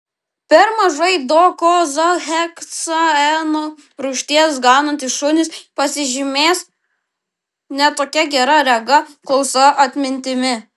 per mažai dokozaheksaeno rūgšties gaunantys šunys pasižymės ne tokia gera rega klausa atmintimi